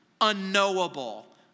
unknowable